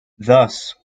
thus